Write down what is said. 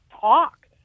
talk